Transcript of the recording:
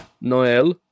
Noel